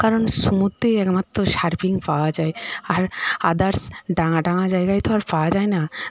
কারণ সমুদ্রেই একমাত্র সার্ফিং পাওয়া যায় আর আদার্স ডাঙ্গা ডাঙ্গা জায়গায় তো আর পাওয়া যায় না